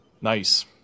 Nice